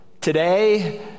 Today